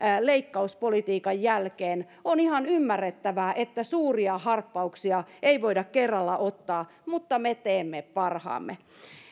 leikkauspolitiikan jälkeen on ihan ymmärrettävää että suuria harppauksia ei voida kerralla ottaa mutta me teemme parhaamme